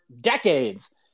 decades